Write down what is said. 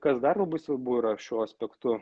kas dar labai svarbu yra šiuo aspektu